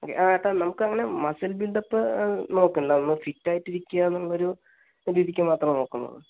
okay ആ ഏട്ടാ നമുക്ക് അങ്ങനെ മസിൽ ബിൽഡ് അപ്പ് നോക്കണ്ടാ ഒന്ന് ഫിറ്റ് ആയിട്ട് ഇരിക്കുക എന്നുള്ളൊരു രീതിക്ക് മാത്രേ നോക്കുന്നുള്ളൂ